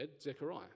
Zechariah